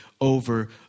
over